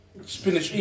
spinach